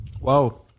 Wow